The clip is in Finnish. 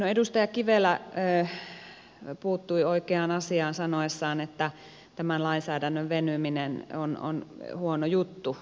edustaja kivelä puuttui oikeaan asiaan sanoessaan että tämän lainsäädännön venyminen on huono juttu